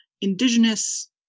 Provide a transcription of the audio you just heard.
indigenous